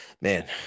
Man